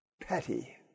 petty